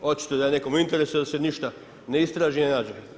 Očito je da je nekom u interesu da se ništa ne istraži i ne nađe.